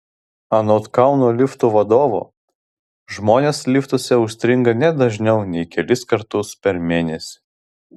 anot kauno liftų vadovo žmonės liftuose užstringa ne dažniau nei kelis kartus per mėnesį